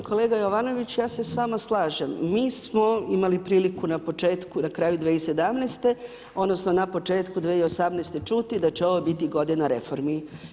Poštovani kolega Jovanović, ja se s vama slažem, mi smo imali priliku na početku na kraju 2017. odnosno na početku 2018. čuti da će ovo biti godina reformi.